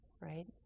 right